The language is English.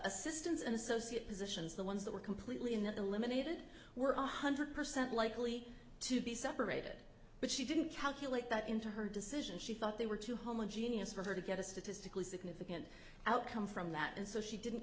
assistance and associate positions the ones that were completely in the eliminated were one hundred percent likely to be separated but she didn't calculate that into her decision she thought they were too homogeneous for her to get a statistically significant outcome from that and so she didn't